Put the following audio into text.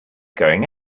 going